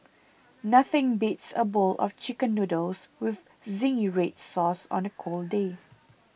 nothing beats a bowl of Chicken Noodles with Zingy Red Sauce on a cold day